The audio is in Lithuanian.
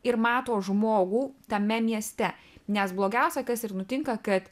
ir mato žmogų tame mieste nes blogiausia kas ir nutinka kad